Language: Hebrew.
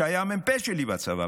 שהיה מ"פ שלי בצבא,